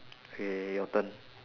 okay your turn